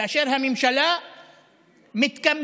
כאשר הממשלה מתקמצנת